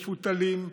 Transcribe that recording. מפותלים,